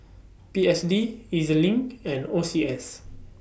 P S D E Z LINK and O C S